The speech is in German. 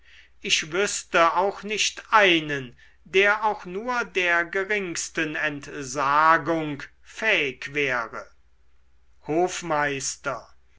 ich wüßte auch nicht einen der auch nur der geringsten entsagung fähig wäre hofmeister